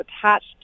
attached